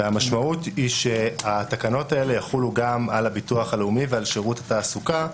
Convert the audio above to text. המשמעות היא שהתקנות האלה יחולו גם על הביטוח הלאומי ועל שירות התעסוקה,